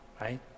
right